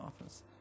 office